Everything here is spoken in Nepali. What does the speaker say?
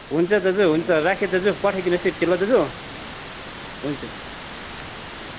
हुन्छ दजु हुन्छ राखेँ दाजु पठाइदिनुहोस् न यति ल दाजु हुन्छ दाजु